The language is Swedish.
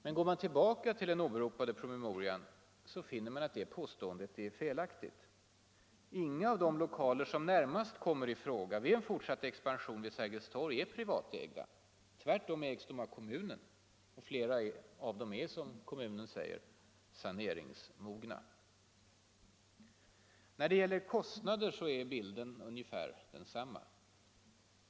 Men går man tillbaka till den åberopade promemorian finner man att det påståendet är felaktigt. Inga av de lokaler som närmast kommer i fråga vid en fortsatt expansion vid Sergels torg är privatägda. Tvärtom ägs de av kommunen, och flera av dem är ”saneringsmogna”. När det gäller kostnader är bilden ungefär densamma.